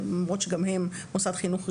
למרות שגם הם מוסד חינוך רשמי,